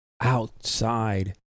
outside